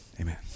Amen